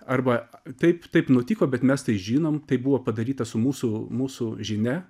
arba taip taip nutiko bet mes tai žinom tai buvo padaryta su mūsų mūsų žinia